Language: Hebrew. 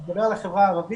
אני מדבר על החברה הערבית,